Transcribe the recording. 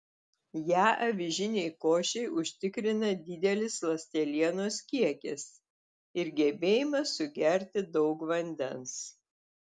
ją avižinei košei užtikrina didelis ląstelienos kiekis ir gebėjimas sugerti daug vandens